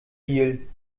deal